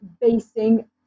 basing